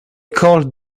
called